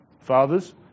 fathers